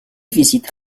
visite